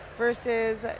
Versus